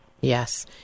Yes